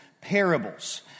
parables